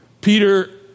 Peter